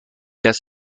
does